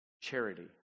charity